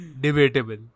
Debatable